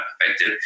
effective